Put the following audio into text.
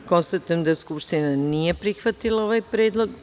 Konstatujem da Skupština nije prihvatila ovaj predlog.